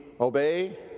Obey